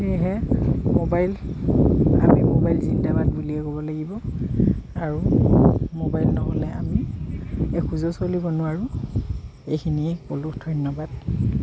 সেয়েহে মোবাইল আমি মোবাইল জিন্দাবাদ বুলিয়েই ক'ব লাগিব আৰু মোবাইল নহ'লে আমি এখোজো চলিব নোৱাৰোঁ এইখিনিয়ে ক'লো ধন্যবাদ